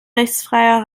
rechtsfreier